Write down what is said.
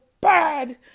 bad